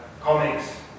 comics